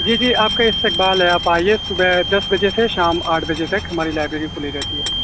جی جی آپ کا استقبال ہے آپ آئیے صبح دس بجے سے شام آٹھ بجے تک ہماری لائبریری کھلی رہتی ہے